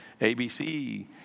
ABC